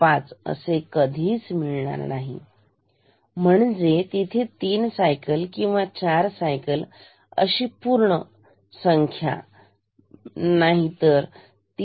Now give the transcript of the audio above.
5 असे कधीच मिळणार नाही म्हणजे तिथे तीन सायकल किंवा चार सायकल अशी पूर्ण कोणती संख्या नाही तर 3